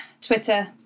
twitter